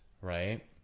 Right